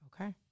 Okay